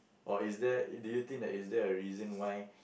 or is there do you think that is there a reason why